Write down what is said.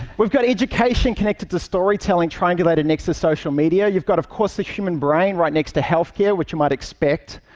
we've got education connected to storytelling triangulated next to social media. you've got, of course, the human brain right next to healthcare, which you might expect,